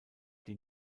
die